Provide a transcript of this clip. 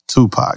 Tupac